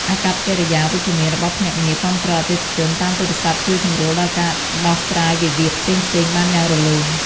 អាកប្បកិរិយាវិជ្ជមានរបស់ភ្នាក់ងារគាំទ្រអតិថិជនតាមទូរស័ព្ទជួយសម្រួលដល់ការដោះស្រាយវិវាទផ្សេងៗបានយ៉ាងរលូន។